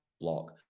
block